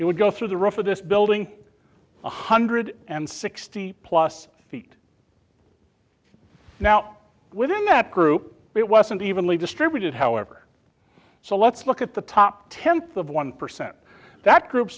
it would go through the roof of this building one hundred and sixty plus feet now within that group it wasn't even really distributed however so let's look at the top tenth of one percent that group